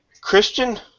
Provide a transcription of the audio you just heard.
Christian